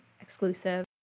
exclusive